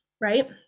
right